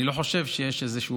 אני לא חושב שיש איזשהו,